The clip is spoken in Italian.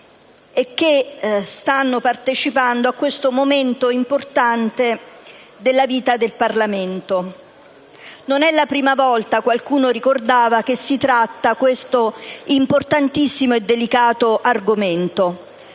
e che stanno partecipando a questo momento importante della vita del Parlamento. Non è la prima volta - qualcuno ricordava - che si tratta questo importantissimo e delicato argomento,